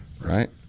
right